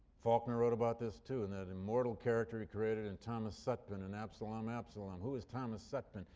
faulkner wrote about this too in that immortal character he created in thomas sutpen in absalom, absalom! who was thomas sutpen?